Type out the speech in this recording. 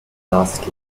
lastly